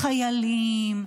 החיילים,